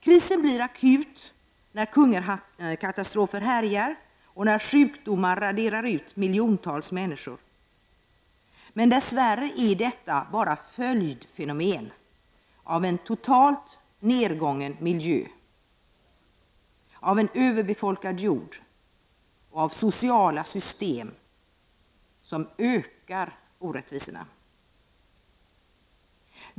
Krisen blir akut när hungerkatastrofer härjar och när sjukdomar raderar ut miljontals människor. Dess värre är detta bara följdfenomen av en totalt nedgången miljö, av en överbefolkad jord och av sociala system som ökar orättvisorna.